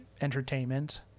entertainment